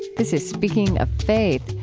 this is speaking of faith.